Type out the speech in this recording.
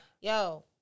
yo